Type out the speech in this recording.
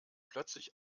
plötzlich